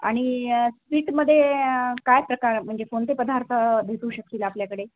आणि स्वीटमध्ये काय प्रकार म्हणजे कोणते पदार्थ भेटू शकतील आपल्याकडे